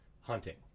hunting